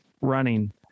running